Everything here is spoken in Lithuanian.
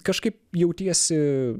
kažkaip jautiesi